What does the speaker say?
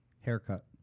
haircut